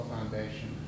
Foundation